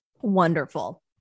Wonderful